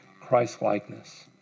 Christ-likeness